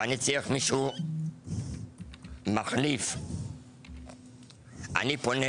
ואני צריך מישהו מחליף אני פונה